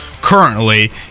Currently